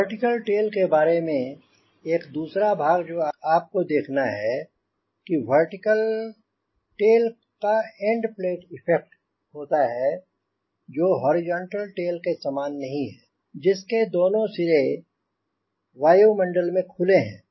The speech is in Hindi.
वर्टिकल टेल के बारे में एक दूसरा भाग जो आप को देखना है कि वर्टिकल टेल का एंड प्लेट इफेक्ट होता है जो हॉरिजॉन्टल टेल के समान नहीं है जिसके दोनों से वायुमंडल में खुले हैं